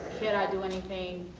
should i do anything?